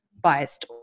biased